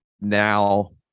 now